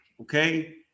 Okay